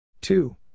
Two